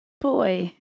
boy